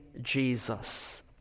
Jesus